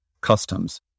customs